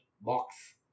box